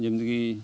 ଯେମିତିକି